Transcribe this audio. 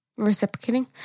reciprocating